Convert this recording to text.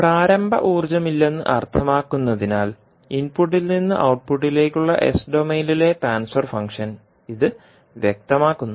പ്രാരംഭ ഊർജ്ജമില്ലെന്ന് അർത്ഥമാക്കുന്നതിനാൽ ഇൻപുട്ടിൽ നിന്ന് ഔട്ട്പുട്ടിലേക്കുള്ള എസ് ഡൊമെയ്നിലെ ട്രാൻസ്ഫർ ഫംഗ്ഷൻ ഇത് വ്യക്തമാക്കുന്നു